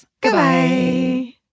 Goodbye